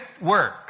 work